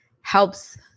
helps